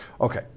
okay